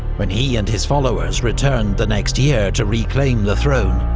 when he and his followers returned the next year to reclaim the throne,